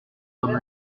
comme